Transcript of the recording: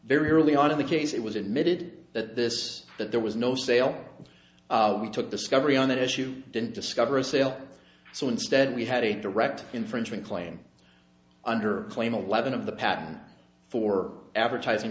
very early on in the case it was mid that this that there was no sale we took discovery on that issue didn't discover a sale so instead we had a direct infringement claim under claim eleven of the patent for advertising